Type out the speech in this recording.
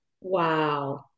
Wow